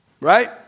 Right